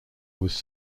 was